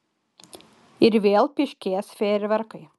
ir vėl pyškės fejerverkai